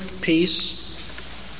peace